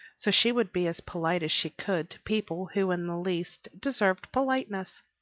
so she would be as polite as she could to people who in the least deserved politeness.